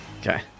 Okay